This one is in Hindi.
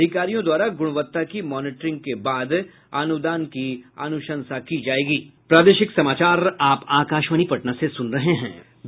अधिकारियों द्वारा गुणवत्ता की मॉनिटरिंग के बाद अनुदान की अनुशंसा करेंगे